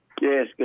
Yes